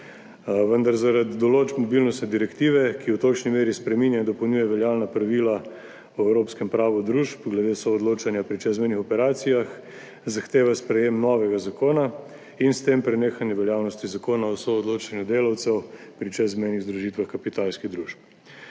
vendar zaradi določb mobilnosti direktive, ki v tolikšni meri spreminja in dopolnjuje veljavna pravila o evropskem pravu družb glede soodločanja pri čezmejnih operacijah, zahteva sprejetje novega zakona in s tem prenehanje veljavnosti Zakona o soodločanju delavcev pri čezmejnih združitvah kapitalskih družb.